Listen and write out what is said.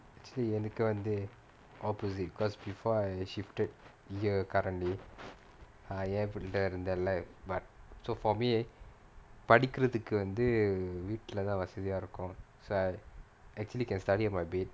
actually எனக்கு வந்து:enakku vanthu opposite because before I shifted here currently ஏன் இப்படி எல்லாம் இருந்தேன்ல:yaen ippadi ellaam irunthaenla but so for me படிக்கிறதுக்கு வந்து வீட்ல எல்லாம் வசதியா இருக்கும்:padikkirathukku vanthu veetla ellaam vasathiyaa irukkum so I actually can study on my bed